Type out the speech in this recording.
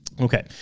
Okay